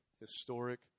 historic